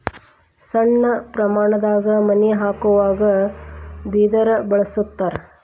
ಸಣ್ಣ ಪ್ರಮಾಣದಾಗ ಮನಿ ಹಾಕುವಾಗ ಬಿದರ ಬಳಸ್ತಾರ